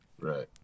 Right